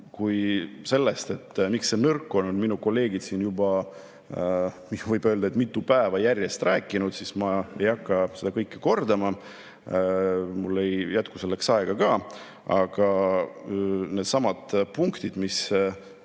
Kuna sellest, miks see nõrk on, on minu kolleegid siin juba, võib öelda, mitu päeva järjest rääkinud, siis ma ei hakka seda kõike kordama. Mul ei jätku selleks ka aega. Aga neid punkte, mis